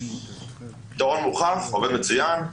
פתרון מוכח, עובד מצוין,